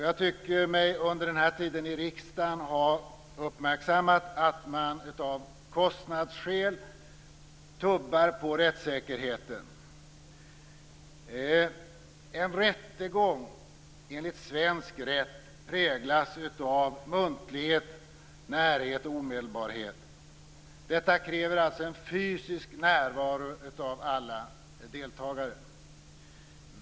Jag tycker mig under min tid i riksdagen ha uppmärksammat att man av kostnadsskäl tummar på rättssäkerheten. En rättegång enligt svensk rätt präglas av muntlighet, närhet och omedelbarhet. Detta kräver alltså en fysisk närvaro av alla deltagare.